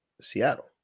Seattle